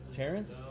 Terrence